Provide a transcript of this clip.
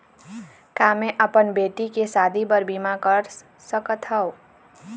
का मैं अपन बेटी के शादी बर बीमा कर सकत हव?